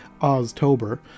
Oztober